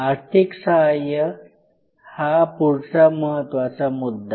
आर्थिक सहाय्य हा पुढचा महत्वाचा मुद्दा